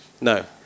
No